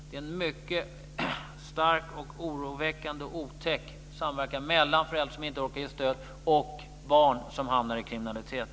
Det är en mycket stark, oroväckande och otäck samverkan mellan föräldrar som inte orkar ge stöd och barn som hamnar i kriminalitet.